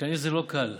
כנראה שזה לא קל,